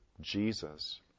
Jesus